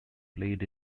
played